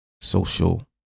social